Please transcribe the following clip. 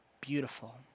Beautiful